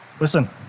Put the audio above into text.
Listen